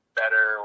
better